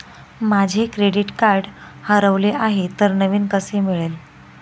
माझे credit card हरवले आहे तर नवीन कसे मिळेल?